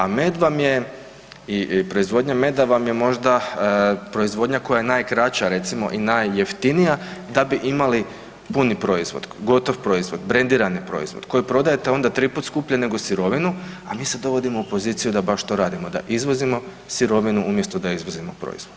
A med vam je i proizvodnja meda vam je možda proizvodnja koja je najkraća recimo i najjeftinija da bi imali puni proizvod, gotov proizvod, brendirani proizvod koji prodajete onda tri skuplje nego sirovinu a mi se dovodimo u poziciju da baš to radimo, da uvozimo sirovinu umjesto da izvozimo proizvod.